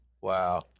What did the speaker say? wow